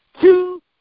Two